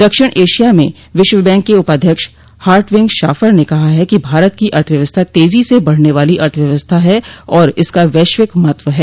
दक्षिण एशिया में विश्व बैंक के उपाध्यक्ष हार्टविंग शाफर ने कहा कि भारत की अर्थव्यवस्था तेजो से बढ़ने वाली अर्थव्यवस्था है और इसका वैश्विक महत्व है